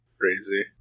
Crazy